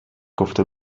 گفته